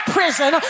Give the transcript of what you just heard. prison